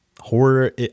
horror